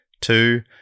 two